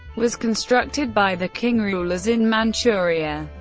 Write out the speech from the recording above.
was constructed by the qing rulers in manchuria.